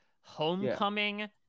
homecoming